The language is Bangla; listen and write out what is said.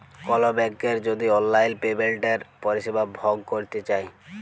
কল ব্যাংকের যদি অললাইল পেমেলটের পরিষেবা ভগ ক্যরতে চায়